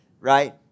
right